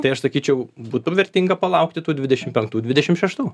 tai aš sakyčiau būtų vertinga palaukti tųdvidešimt penktų dvidešimt šeštų